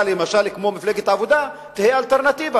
כמו מפלגת העבודה תהיה אלטרנטיבה,